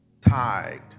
tied